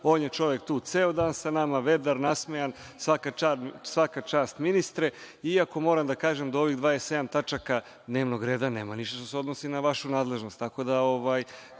on je čovek tu ceo dan sa nama, vedar, nasmejan, svaka čast ministre, iako moram da kažem da u ovih 27 tačaka dnevnog reda nema ništa što se odnosi na vašu nadležnost.